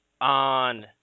on